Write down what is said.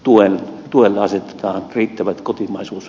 tuulen tuen naiset yrittävät kotimaisuus